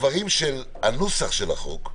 בנוסח של החוק,